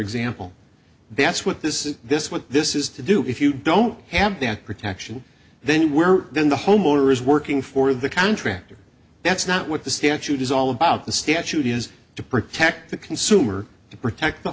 example that's what this is this what this is to do if you don't have that protection then you were then the homeowner is working for the contractor that's not what the statute is all about the statute is to protect the consumer and protect